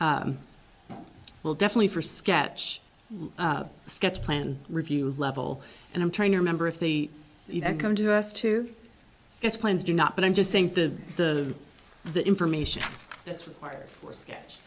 for will definitely for sketch sketch plan review level and i'm trying to remember if they come to us to its plans do not but i'm just saying to the the information that's required for sketch